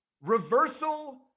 Reversal